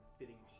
fitting